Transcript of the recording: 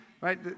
Right